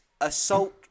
assault